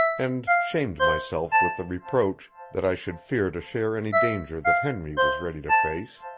and shamed myself with the reproach that i should fear to share any danger that henry was ready to face.